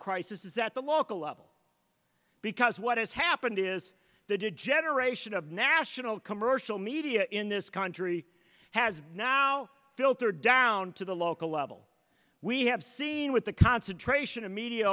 crisis is that the local level because what has happened is the degeneration of national commercial media in this country has now filtered down to the local level we have seen with the concentration of media